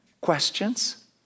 Questions